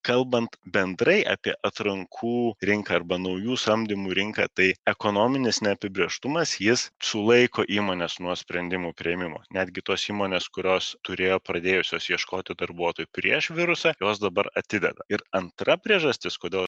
kalbant bendrai apie atrankų rinką arba naujų samdymų rinką tai ekonominis neapibrėžtumas jis sulaiko įmones nuo sprendimų priėmimo netgi tos įmonės kurios turėjo pradėjusios ieškoti darbuotojų prieš virusą jos dabar atideda ir antra priežastis kodėl